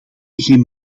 geen